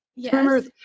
Yes